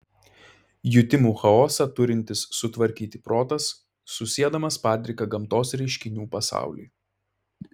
jutimų chaosą turintis sutvarkyti protas susiedamas padriką gamtos reiškinių pasaulį